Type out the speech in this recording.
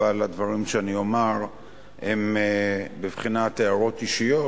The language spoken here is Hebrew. אבל הדברים שאני אומר הם בבחינת הערות אישיות.